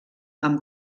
amb